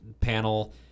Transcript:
panel